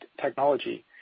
technology